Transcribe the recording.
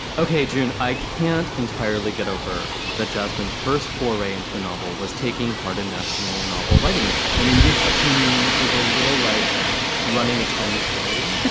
ok, john. and i can't entirely get over that. jasmine's first foray into the novel was taking part a national novel writing month. i mean, this to me is a little like running a ten k,